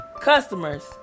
Customers